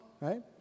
right